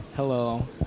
Hello